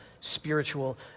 spiritual